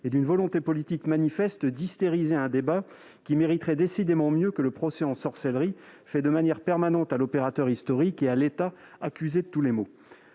et d'une volonté politique manifeste d'hystériser un débat qui mériterait décidément mieux que le procès en sorcellerie fait de manière permanente à l'opérateur historique et à l'État accusé de tous les maux,